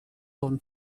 own